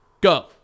go